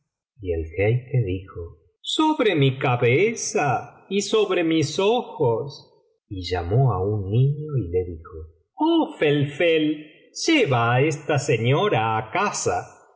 y el jeique dijo sobre mi cabeza y sobre mis ojos y llamó á'un niño y le dijo oh felfel lleva a esta señora á casa